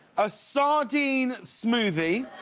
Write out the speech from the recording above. a sardine smoothie,